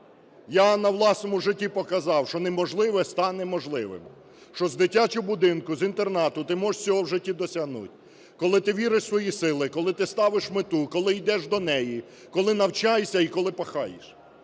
Я на власному житті показав, що неможливе стане можливим, що з дитячого будинку, з інтернату ти можеш всього в житті досягнуть, коли ти віриш в свої сили, коли ти ставиш мету, коли йдеш до неї, коли навчаєшся і коли пахаєш.